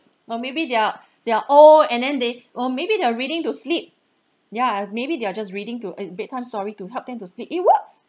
or maybe they're they're oh and then they or maybe they're reading to sleep yeah maybe they're just reading to a bedtime story to help them to sleep it works